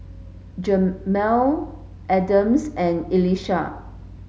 Jermey Adams and Elisha